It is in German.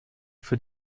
für